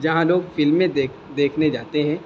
جہاں لوگ فلمیں دیکھ دیکھنے جاتے ہیں